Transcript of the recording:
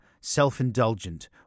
self-indulgent